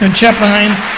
and chaplain hines,